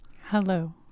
Hello